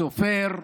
הסופר,